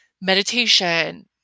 meditation